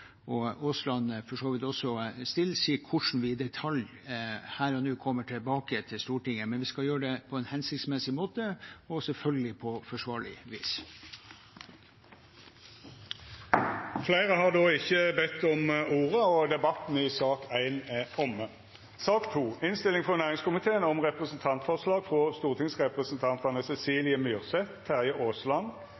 også Aasland – stiller, si her og nå i detalj hvordan vi kommer tilbake til Stortinget, men vi skal gjøre det på en hensiktsmessig måte og selvfølgelig på forsvarlig vis. Fleire har ikkje bedt om ordet til sak nr. 1. Etter ynske frå næringskomiteen vil presidenten ordna debatten slik: 3 minutt til kvar partigruppe og